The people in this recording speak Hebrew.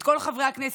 את כל חברי הכנסת,